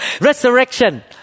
Resurrection